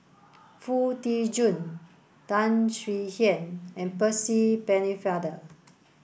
Foo Tee Jun Tan Swie Hian and Percy Pennefather